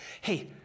hey